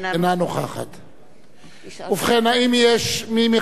ובכן, האם יש מי מחברי הכנסת הנמצא באולם,